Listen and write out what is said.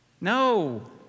No